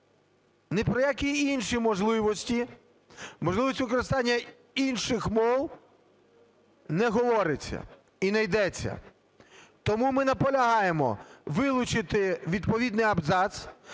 Ні про які інші можливості, можливості використання інших мов не говориться і не йдеться. Тому ми наполягаємо вилучити відповідний абзац.